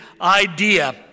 idea